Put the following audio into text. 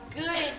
good